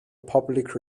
public